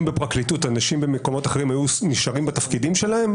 בפרקליטות אנשים במקומות אחרים היו נשארים בתפקידים שלהם?